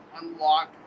unlock